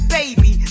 baby